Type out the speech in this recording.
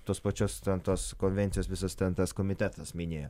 tos pačios ten tos konvencijos visas ten tas komitetas minėjo